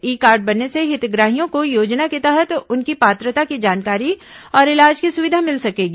ई card बनने से हितग्राहियों को योजना के तहत उनकी पात्रता की जानकारी और इलाज की सुविधा मिल सकेगी